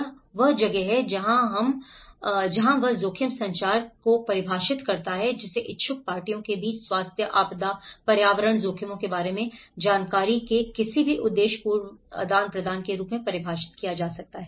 इसलिए यह वह जगह है जहां वह जोखिम संचार को परिभाषित करता है जिसे इच्छुक पार्टियों के बीच स्वास्थ्य आपदा पर्यावरणीय जोखिमों के बारे में जानकारी के किसी भी उद्देश्यपूर्ण आदान प्रदान के रूप में परिभाषित किया जाता है